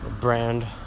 brand